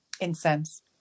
Incense